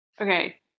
Okay